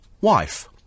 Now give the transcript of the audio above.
wife